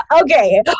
okay